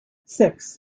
six